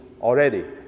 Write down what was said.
already